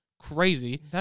crazy